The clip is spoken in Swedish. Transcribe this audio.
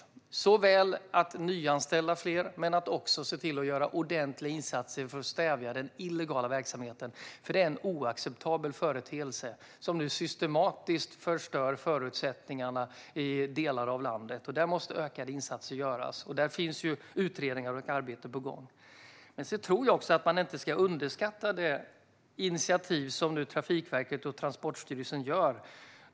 Det gäller såväl att nyanställa fler som att se till att göra ordentliga insatser för att stävja den illegala verksamheten, för det är en oacceptabel företeelse som nu systematiskt förstör förutsättningarna i delar av landet. Där måste ökade insatser göras, och där finns utredningar och arbete på gång. Jag tror inte heller att man ska underskatta det initiativ som nu Trafikverket och Transportstyrelsen tar.